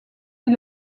est